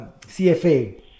CFA